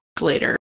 later